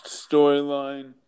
storyline